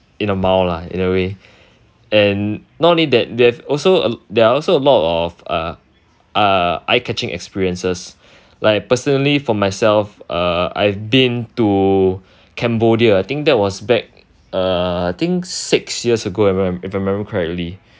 in a mile lah in a way and not only that they've also there are also a lot of uh uh eye catching experiences like personally for myself I'd been to Cambodia I think that was back uh I think six years ago if I remem~ if I remember correctly